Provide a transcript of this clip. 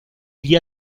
gli